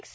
x